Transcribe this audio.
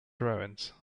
owens